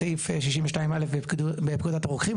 לפי סעיף 62-א' בפקודת הרוקחים.